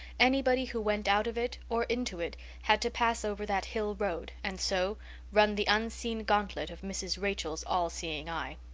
anybody who went out of it or into it had to pass over that hill road and so run the unseen gauntlet of mrs. rachel's all-seeing eye.